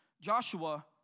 Joshua